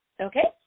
okay